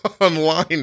online